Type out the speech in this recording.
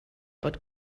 bod